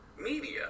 media